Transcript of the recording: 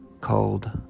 called